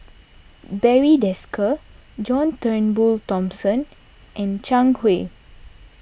Barry Desker John Turnbull Thomson and Zhang Hui